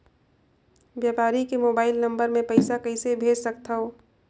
व्यापारी के mobile number मे पईसा कइसे भेज सकथव?